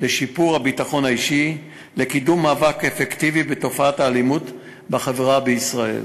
לשיפור הביטחון האישי ולקידום מאבק אפקטיבי בתופעת האלימות בחברה בישראל.